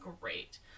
great